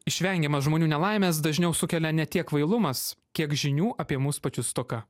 išvengiama žmonių nelaimės dažniau sukelia ne tiek kvailumas kiek žinių apie mus pačius stoka